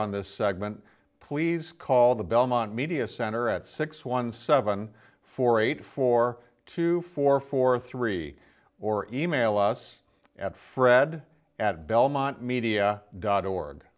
on this segment please call the belmont media center at six one seven four eight four two four four three or e mail us at fred at belmont media dot org